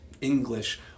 English